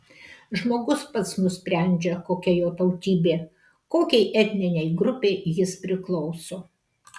žmogus pats nusprendžia kokia jo tautybė kokiai etninei grupei jis priklauso